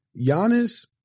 Giannis